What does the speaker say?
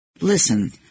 Listen